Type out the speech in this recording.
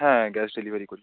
হ্যাঁ gas delivery করি